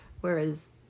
whereas